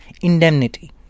indemnity